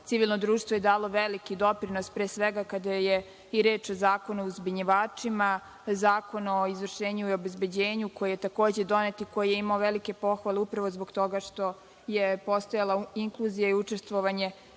civilno društvo je dalo veliki doprinos pre svega kada je i reč o Zakonu o uzbunjivačima, Zakon o izvršenju i obezbeđenju koji je takođe donet i koji je imao velike pohvale upravo zbog toga što je postojalo inkluzija i učestvovanje